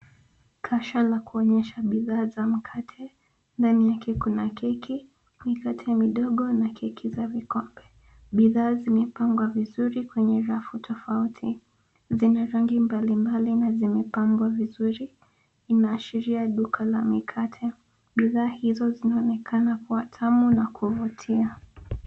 Kasha la kuonyesha bidhaa za mkate. Ndani yake kuna keki, mikate midogo na keki za vikombe. Bidhaa zimepangwa vizuri kwenye rafu tofauti zenye rangi mbalimbali na zimepangwa vizuri. Inaashiria duka la mikate. Bidhaa hizo zinaonekana kuwa tamu na kuvutia.